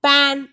Pan